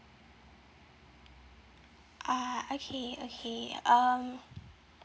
ah okay okay um